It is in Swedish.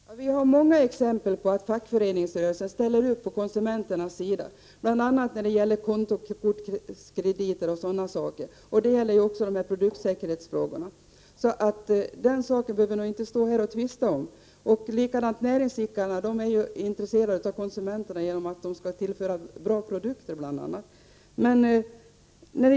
Herr talman! Vi har många exempel på att fackföreningsrörelsen ställer sig på konsumenternas sida, bl.a. när det gäller kontokortskrediter. Det gäller även i produktsäkerhetsfrågor. Detta behöver vi därför inte stå här och tvista om. Näringsidkarna är intresserade av konsumenterna på grund av att de skall tillföra konsumenterna bra produkter.